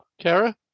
Kara